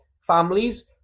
families